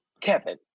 Kevin